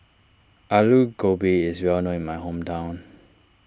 Aloo Gobi is well known in my hometown